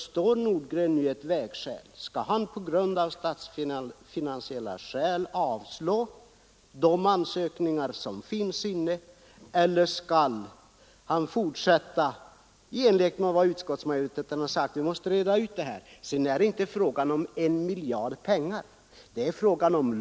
Herr Nordgren står då vid ett vägskäl: Vill han av statsfinansiella skäl avslå de ansökningar där inte medlen räcker till eller vill han, i likhet med utskottsmajoriteten, justera medelsramen längre fram? Det skall vi reda ut. Det är här inte fråga om en miljard i utgifter.